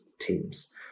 teams